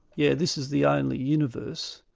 yeah this is the only universe,